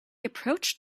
approached